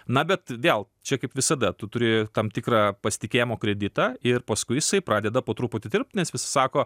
na bet vėl čia kaip visada tu turi tam tikrą pasitikėjimo kreditą ir paskui jisai pradeda po truputį tirpt nes visi sako